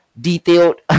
Detailed